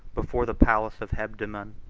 before the palace of hebdomon,